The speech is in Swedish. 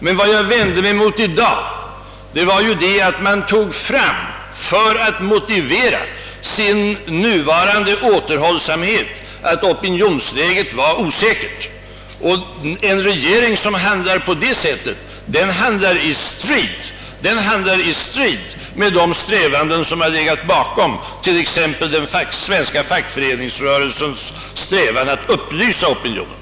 Men vad jag vände mig emot i dag var att man för att motivera sin nuvarande återhållsamhet drog fram att cpinionsläget är osäkert. En regering som handlar på det sättet handlar i strid med t.ex. den svenska fackföreningsrörelsens strävan att upplysa opinionen.